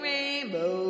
Rainbow